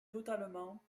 totalement